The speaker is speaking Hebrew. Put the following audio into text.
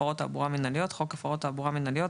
הפרות תעבורה מינהליות" חוק הפרות תעבורה מינהליות,